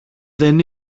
δεν